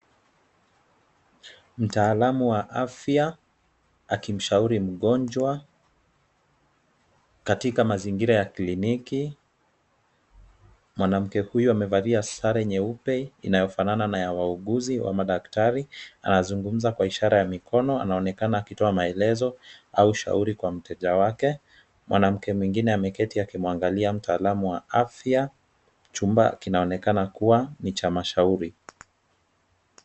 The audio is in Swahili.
Mtaalamu wa afya akimshauri mgonjwa katika mazingira ya kliniki. Mwanamke huyu amevalia sare nyeupe inayofanana na ya wauguzi wa madaktari anazungumza kwa ishara ya mikono. Anaonekana akitoa maelezo au ushauri kwa mteja wake. Mwanamke mwingine ameketi akimwangalia mtaalamu wa afya. Chumba kinaonekana kuwa ni cha mashauri.